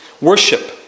worship